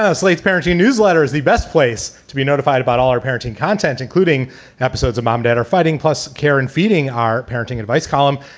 ah slate's parenting newsletter is the best place to be notified about all our parenting content, including episodes of mom, dad are fighting plus care and feeding our parenting advice column.